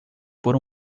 por